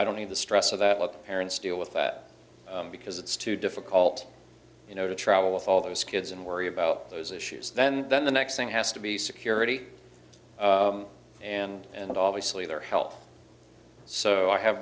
i don't need the stress of that look parents deal with that because it's too difficult you know to travel with all those kids and worry about those issues then then the next thing has to be security and and obviously their health so i have